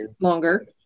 longer